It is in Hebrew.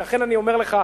ואכן אני אומר לך,